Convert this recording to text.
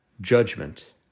judgment